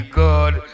good